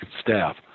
staff